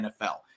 NFL